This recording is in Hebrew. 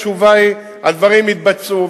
התשובה היא: הדברים יתבצעו,